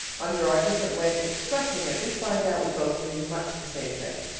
under our different ways of expressing it, we'd find out we both meant much the same thing.